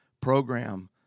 program